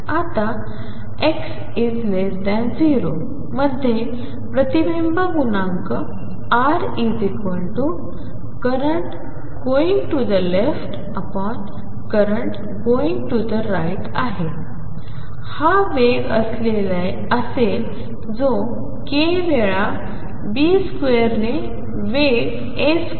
आता x 0 मध्ये प्रतिबिंब गुणांक Rcurrent going to the leftcurrent going to the right आहे हा वेग असेल जो k वेळा B2 ने वेग A2